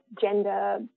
gender